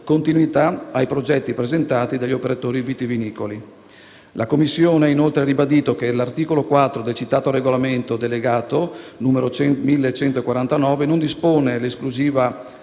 La Commissione ha inoltre ribadito che l'articolo 4 del citato regolamento delegato n. 1149 del 2016 non dispone l'esclusione